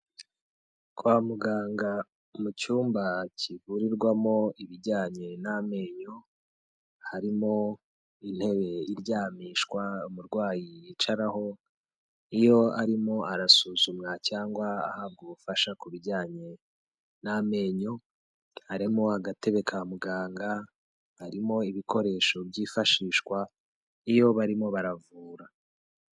Kwa muganga mu cyumba kivurirwamo ibijyanye n'amenyo. Harimo intebe iryamishwa umurwayi yicaraho iyo arimo arasuzumwa cyangwa ahabwa ubufasha ku bijyanye n'amenyo. Harimo agatebe ka muganga. Harimo ibikoresho byifashishwa iyo barimo baravura.